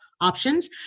options